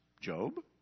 Job